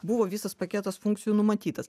buvo visas paketas funkcijų numatytas